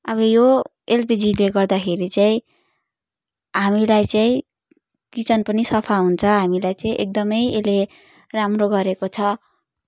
अब यो एलपिजीले गर्दाखेरि चाहिँ हामीलाई चाहिँ किचन पनि सफा हुन्छ हामीलाई चाहिँ एकदमै यसले राम्रो गरेको छ